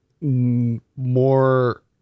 more